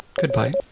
Goodbye